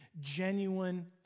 genuine